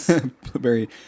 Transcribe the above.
Blueberry